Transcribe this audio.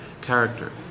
character